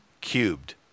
cubed